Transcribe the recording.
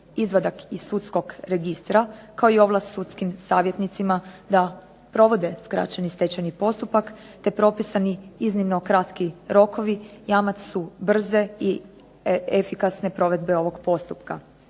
izvadak iz sudskog registra, kao i ovlast sudskim savjetnicima da provode skraćeni stečajni postupak te propisani iznimni rokovi jamac su brze i efikasne provedbe ovog postupka.